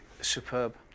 superb